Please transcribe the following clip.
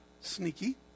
sneaky